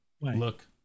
look